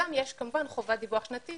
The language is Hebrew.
גם יש כמובן חובת דיווח שנתית